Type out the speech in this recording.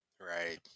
Right